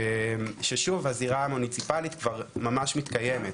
ששוב הזירה המוניציפלית כבר ממש מתקיימת,